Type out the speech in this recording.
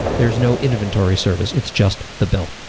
there's no inventory service. it's just the bill.